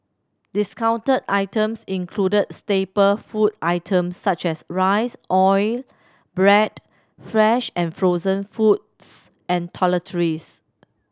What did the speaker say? discounted items included staple food items such as rice oil bread fresh and frozen foods and toiletries